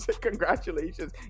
congratulations